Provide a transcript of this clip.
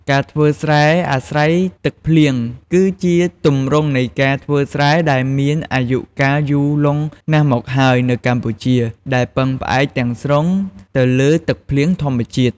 ការធ្វើស្រែអាស្រ័យទឹកភ្លៀង គឺជាទម្រង់នៃការធ្វើស្រែដែលមានអាយុកាលយូរលង់ណាស់មកហើយនៅកម្ពុជា ដែលពឹងផ្អែកទាំងស្រុងទៅលើទឹកភ្លៀងធម្មជាតិ។